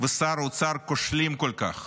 ושר אוצר כושלים כל כך.